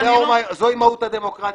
זוהי מהות הדמוקרטיה.